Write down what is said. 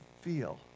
feel